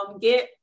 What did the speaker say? get